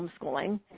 homeschooling